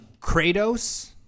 Kratos